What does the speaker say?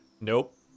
Nope